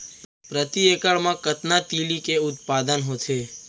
प्रति एकड़ मा कतना तिलि के उत्पादन होथे?